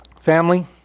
Family